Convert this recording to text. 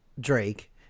Drake